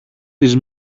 τις